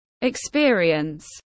experience